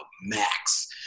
max